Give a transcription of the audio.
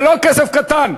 זה לא כסף קטן.